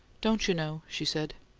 don't you know? she said.